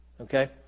Okay